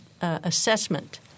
assessment